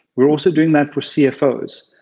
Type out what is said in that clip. we're also doing that for cfos.